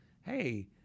Hey